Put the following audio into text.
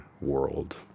world